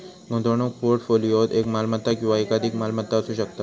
गुंतवणूक पोर्टफोलिओत एक मालमत्ता किंवा एकाधिक मालमत्ता असू शकता